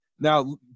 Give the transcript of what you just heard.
Now